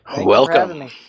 welcome